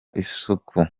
isuku